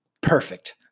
Perfect